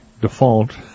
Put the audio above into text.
default